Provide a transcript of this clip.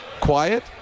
quiet